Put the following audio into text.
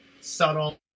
subtle